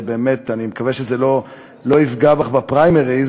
אני מקווה שזה לא יפגע בך בפריימריז,